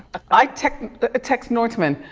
i text text norntman.